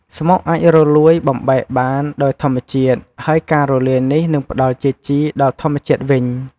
ស្មុកអាចរលួយបំបែកបានដោយធម្មជាតិ ហើយការរលាយនេះនឹងផ្តល់ជាជីដល់ធម្មជាតិវិញ។